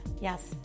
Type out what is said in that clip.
Yes